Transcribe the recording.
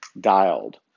dialed